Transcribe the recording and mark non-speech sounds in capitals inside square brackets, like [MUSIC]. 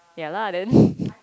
ya lah then [LAUGHS]